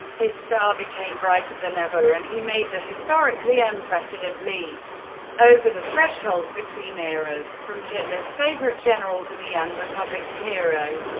his star became brighter than ever, and he made the historically unprecedent leap over the threshold between eras from hitler's favourite general, to the young republic's hero.